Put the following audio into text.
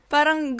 Parang